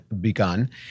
begun